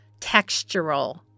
textural